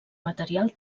material